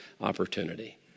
opportunity